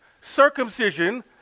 circumcision